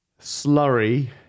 slurry